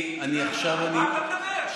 על מה אתה מדבר?